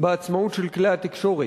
בעצמאות של כלי התקשורת.